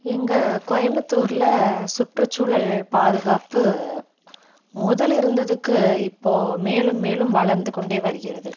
எங்கள் கோயம்புத்தூர்ல சுற்றுச்சூழல் பாதுகாப்பு முதல் இருந்ததுக்கு இப்போது மேலும் மேலும் வளர்ந்து கொண்டே வருகிறது